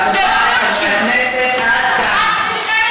חברי הכנסת, עד כאן.